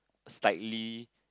slightly